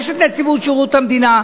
יש את נציבות שירות המדינה,